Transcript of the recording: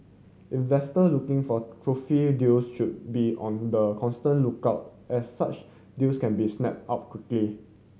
investor looking for trophy deals should be on the constant lookout as such deals can be snapped up quickly